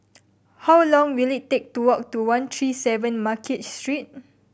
how long will it take to walk to one three seven Market Street